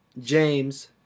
James